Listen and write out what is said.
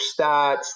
stats